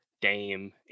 Dame